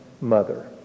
mother